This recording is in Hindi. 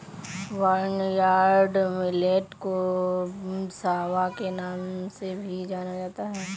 बर्नयार्ड मिलेट को सांवा के नाम से भी जाना जाता है